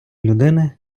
людини